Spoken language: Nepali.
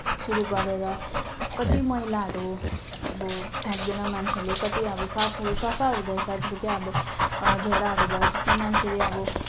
सुरू गरेर कति मैलाहरू अब फ्याँक्दैन मान्छेले कति अब साफ सफा हुँदैछ जस्तै कि अब झोडाहरू भयो त्यसमा मान्छेले अब